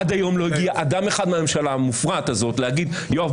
עד היום לא הגיע אדם אחד מהממשלה המופרעת הזאת להגיד: יואב,